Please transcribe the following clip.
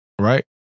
Right